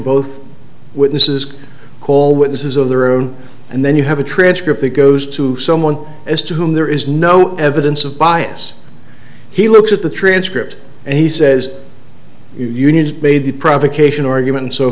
both witnesses call witnesses of the room and then you have a transcript that goes to someone as to whom there is no evidence of bias he looks at the transcript and he says unions made the provocation argument